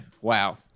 Wow